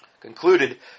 concluded